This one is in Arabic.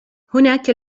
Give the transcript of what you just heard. هناك